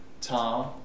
Tom